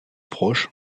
proche